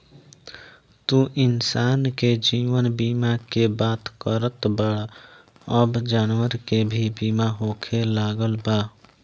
तू इंसान के जीवन बीमा के बात करत बाड़ऽ अब जानवर के भी बीमा होखे लागल बा